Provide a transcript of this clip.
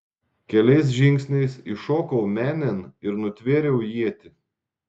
keliais žingsniais įšokau menėn ir nutvėriau ietį